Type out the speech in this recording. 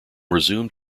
resumed